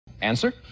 Answer